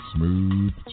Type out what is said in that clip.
Smooth